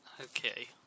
Okay